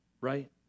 right